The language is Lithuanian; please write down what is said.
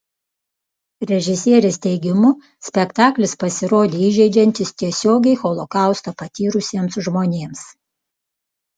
režisierės teigimu spektaklis pasirodė įžeidžiantis tiesiogiai holokaustą patyrusiems žmonėms